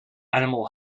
animal